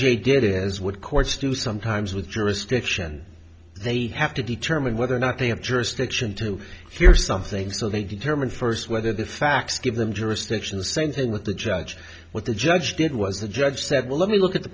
g did is what courts do sometimes with jurisdiction they have to determine whether or not they have jurisdiction to hear something so they determine first whether the facts give them jurisdiction the same thing with the judge what the judge did was the judge said well let me look at the